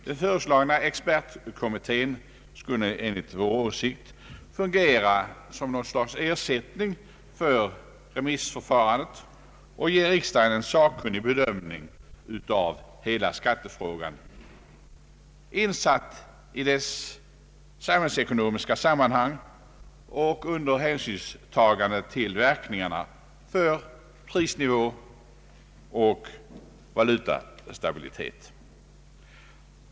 Den föreslagna expertkommittén skulle enligt vår åsikt fungera som något slags ersättning för remissförfarandet och ge riksdagen en sakkunnigbedömning av hela skattefrågan, insatt i dess samhällsekonomiska sammanhang och under hänsynstagande till verkningarna på prisnivå och valutastabilitet.